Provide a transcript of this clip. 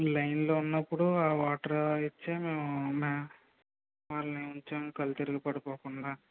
లైన్లో ఉన్నపుడు ఆ వాటర్ ఇచ్చి మేము మే వాళ్ళని ఉంచాము కళ్ళు తిరిగి పడిపోకుండా